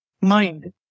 mind